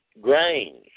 grains